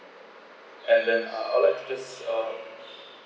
and then uh I will like to just uh